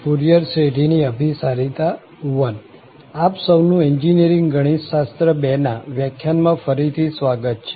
Fourier શ્રેઢીની અભિસારિતા I આપ સૌનું એન્જીનીયરીંગ ગણિતશાસ્ત્ર II ના વ્યાખ્યાનમાં ફરી થી સ્વાગત છે